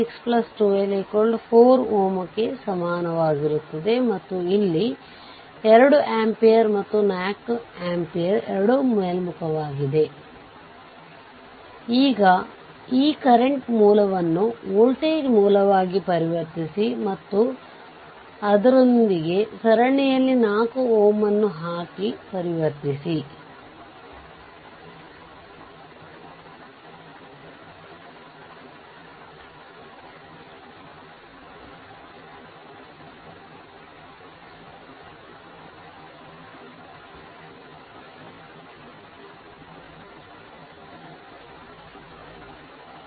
ನೀವು ತೆಗೆದುಕೊಂಡ RL 8 ಎಂದು ಭಾವಿಸೋಣ ಈಗ ನೀವು RL 10 ಅಥವಾ RL 6 ಅನ್ನು ಬದಲಾಯಿಸಿದರೆ ಪ್ರತಿ ಬಾರಿ ನೀವು RLಅನ್ನು ಬದಲಾಯಿಸುತ್ತಿದ್ದೀರಿ ನೋಡಲ್ ವಿಶ್ಲೇಷಣೆ ಅಥವಾ ಮೆಶ್ ವಿಶ್ಲೇಷಣೆ ಅಥವಾ ಸೂಪರ್ ಪೊಸಿಷನ್ ಮಾಡಬಹುದು ಪ್ರತಿ ಬಾರಿಯೂ ಸಂಪೂರ್ಣ ಸರ್ಕ್ಯೂಟ್ ಅನ್ನು ಪರಿಹರಿಸಬೇಕಾದರೆ ಇಡೀ ಸರ್ಕ್ಯೂಟ್ ಅನ್ನು ಪರಿಹರಿಬೇಕು